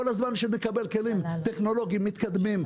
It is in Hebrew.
כל זמן שנקבל כלים טכנולוגיים מתקדמים,